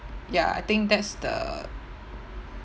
ya I think that's the